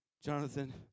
Jonathan